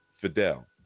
fidel